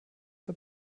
der